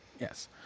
Yes